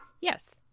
Yes